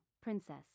princess